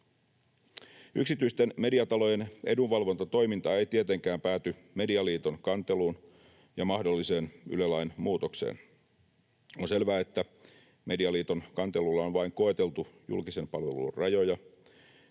Yksityisten mediatalojen edunvalvontatoiminta ei tietenkään pääty Medialiiton kanteluun ja mahdolliseen Yle-lain muutokseen. On selvää, että Medialiiton kantelulla on vain koeteltu julkisen palvelun rajoja,